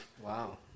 Wow